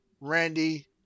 randy